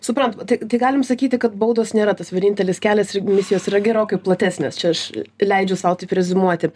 suprantama tai tai galim sakyti kad baudos nėra tas vienintelis kelias ir misijos yra gerokai platesnės čia aš leidžiu sau taip reziumuoti